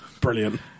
brilliant